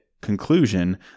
conclusion